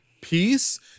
peace